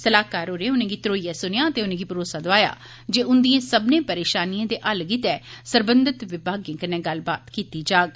सलाहकार होरें उनेंगी धरोइयै सुनेआ ते उनेंगी भरोसा दोआया जे उंदिए सब्बने परेशानिए दे हल्ल लेई सरबंधत विभागें कन्नै गल्लबात कीती जाग